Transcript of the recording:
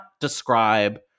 describe